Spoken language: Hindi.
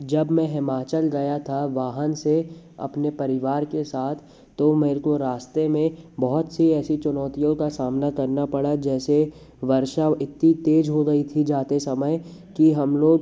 जब मैं हिमाचल गया था वहाँ से अपने परिवार के साथ तो मेरे को रास्ते में बहुत सी ऐसी चुनौतियों का सामना करना पड़ा जैसे वर्षा इतनी तेज हो गई थी जाते समय कि हम लोग